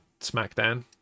SmackDown